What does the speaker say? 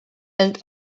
and